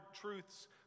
truths